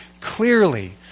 clearly